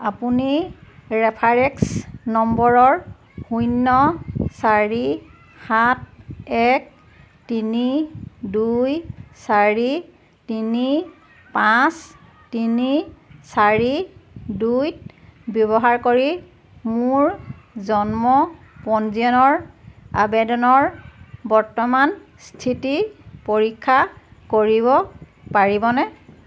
আপুনি ৰেফাৰেন্স নম্বৰৰ শূন্য চাৰি সাত এক তিনি দুই চাৰি তিনি পাঁচ তিনি চাৰি দুই ব্যৱহাৰ কৰি মোৰ জন্ম পঞ্জীয়নৰ আবেদনৰ বৰ্তমানৰ স্থিতি পৰীক্ষা কৰিব পাৰিবনে